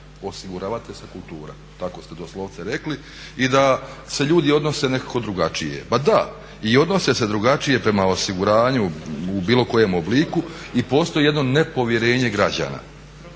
Osiguravateljska kultura, tako ste doslovce rekli i da se ljudi odnose nekako drugačije. Pa da, i odnose se drugačije prema osiguranju u bilo kojem obliku i postoji jedno nepovjerenje građana.